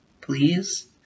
please